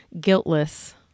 guiltless